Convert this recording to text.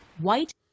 White